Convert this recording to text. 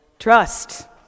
Trust